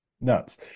nuts